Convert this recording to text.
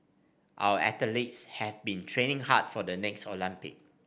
our athletes have been training hard for the next Olympics